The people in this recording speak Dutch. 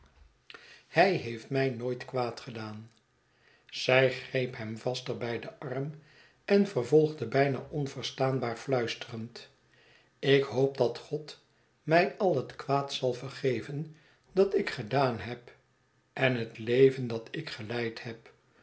hij heeft mij nooit kwaadgedaan zy greep hem vaster bij den arm en vervolgde bijna onverstaanbaar fluisterend ik hoop dat god my al het kwaad zal vergeven dat ik gedaan heb en het leven dat ik geleid heb